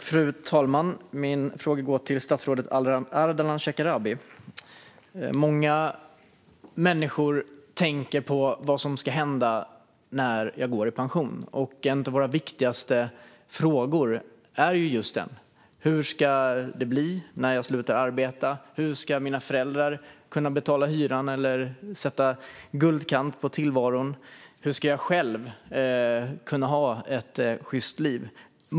Fru talman! Min fråga går till statsrådet Ardalan Shekarabi. Många människor tänker på vad som ska hända när man går i pension. En av våra viktigaste frågor är just denna. Människor undrar: Hur ska det bli när jag slutar arbeta? Hur ska mina föräldrar kunna betala hyran eller sätta guldkant på tillvaron? Hur ska jag själv kunna ha ett sjyst liv?